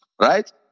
right